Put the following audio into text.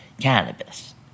cannabis